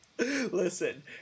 Listen